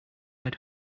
led